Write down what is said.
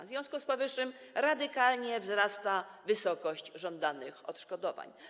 W związku z powyższym radykalnie wzrasta wysokość żądanych odszkodowań.